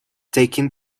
taking